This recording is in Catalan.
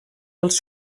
dels